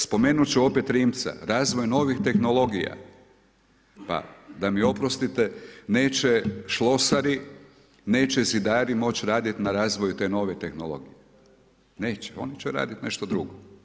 Spomenuti ću opet Rimca, razvoj novih tehnologija, pa da mi oprostite, neće šlosari, neće zidari moći raditi na razvoju te nove tehnologije, neće, oni će raditi nešto drugo.